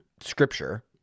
scripture